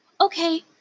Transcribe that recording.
okay